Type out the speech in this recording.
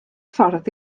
ffordd